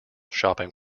shopping